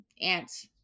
aunt